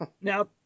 now